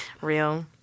Real